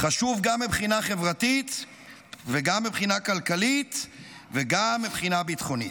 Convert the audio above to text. חשוב גם מבחינה חברתית וגם מבחינה כלכלית וגם מבחינה ביטחונית,